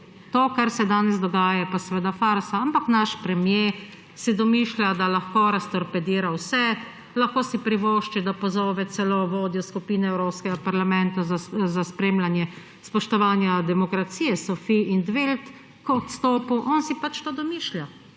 To, kar se danes dogaja, je pa farsa. Ampak naš premier si domišlja, da lahko raztorpedira vse, lahko si privošči, da pozove celo vodjo skupine Evropskega parlamenta za spremljanje spoštovanja demokracije Sophie in 't Veld k odstopu. On si pač to domišlja.